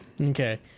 Okay